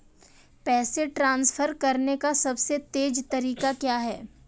पैसे ट्रांसफर करने का सबसे तेज़ तरीका क्या है?